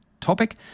topic